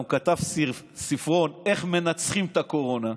וגם כתב ספרון איך מנצחים את הקורונה,